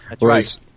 Right